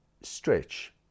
stretch